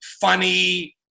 funny